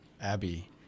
Abby